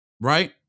right